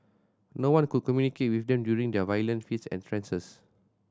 no one could communicate with them during their violent fits and Frances